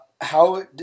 how-